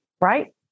right